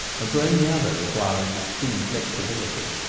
and for any other re quiring extreme flexibility.